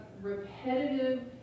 repetitive